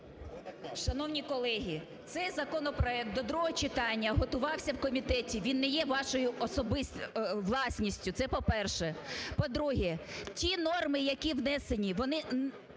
Шановні колеги! Цей законопроект до другого читання готувався в комітеті, він не є вашою власністю – це по-перше. По-друге, ті норми, які внесені, вони